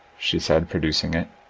she said, producing it,